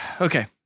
okay